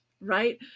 right